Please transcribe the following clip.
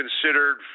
considered